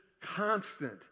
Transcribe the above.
constant